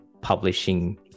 publishing